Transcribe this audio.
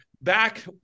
back